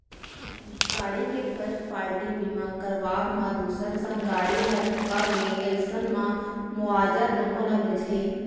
गाड़ी के first party बीमा करवाब म दूसर संग गाड़ी ह ठोंका गे अइसन म मुवाजा दुनो ल मिलथे